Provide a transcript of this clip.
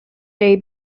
day